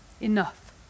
enough